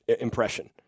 impression